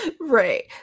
Right